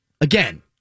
Again